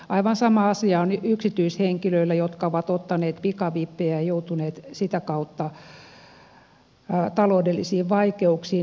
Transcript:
aivan sama asia on yksityishenkilöillä jotka ovat ottaneet pikavippejä ja joutuneet sitä kautta taloudellisiin vaikeuksiin